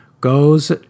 goes